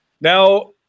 now